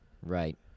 right